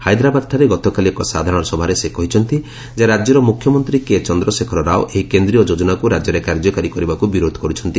ହାଇଦ୍ରାବାଦଠାରେ ଗତକାଲି ଏକ ସାଧାରଣସଭାରେ ସେ କହିଛନ୍ତି ଯେ ରାଜ୍ୟର ମୁଖ୍ୟମନ୍ତ୍ରୀ କେଚନ୍ଦ୍ରଶେଖର ରାଓ ଏହି କେନ୍ଦ୍ରୀୟ ଯୋଜନାକୁ ରାଜ୍ୟରେ କାର୍ଯ୍ୟକାରୀ କରିବାକୁ ବିରୋଧ କରୁଛନ୍ତି